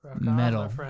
Metal